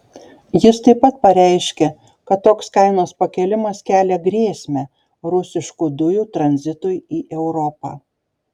jis taip pat pareiškė kad toks kainos pakėlimas kelia grėsmę rusiškų dujų tranzitui į europą